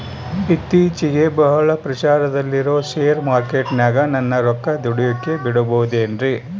ಇತ್ತೇಚಿಗೆ ಬಹಳ ಪ್ರಚಾರದಲ್ಲಿರೋ ಶೇರ್ ಮಾರ್ಕೇಟಿನಾಗ ನನ್ನ ರೊಕ್ಕ ದುಡಿಯೋಕೆ ಬಿಡುಬಹುದೇನ್ರಿ?